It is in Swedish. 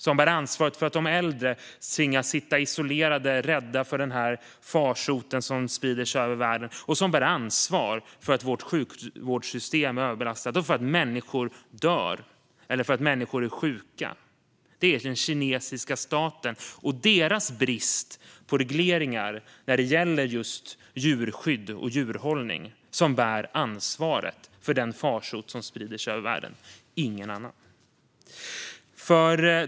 Den bär ansvar för att de äldre tvingas sitta isolerade, rädda för den farsot som sprids över världen. Den bär även ansvar för att vårt sjukvårdssystem är överbelastat och för att människor är sjuka och dör. Det är den kinesiska staten och dess brist på regleringar vad gäller djurskydd och djurhållning som bär ansvar för den farsot som sprider sig över världen, ingen annan. Herr talman!